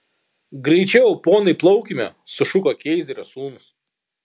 greičiau ponai plaukime sušuko keizerio sūnus